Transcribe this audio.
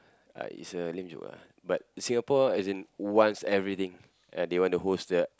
uh it's a lame joke ah but Singapore as in wants everything uh they want to host the